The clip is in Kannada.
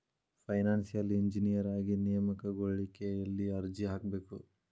ಫೈನಾನ್ಸಿಯಲ್ ಇಂಜಿನಿಯರ ಆಗಿ ನೇಮಕಗೊಳ್ಳಿಕ್ಕೆ ಯೆಲ್ಲಿ ಅರ್ಜಿಹಾಕ್ಬೇಕು?